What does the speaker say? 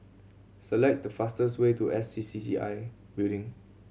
select the fastest way to S C C C I Building